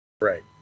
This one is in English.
Right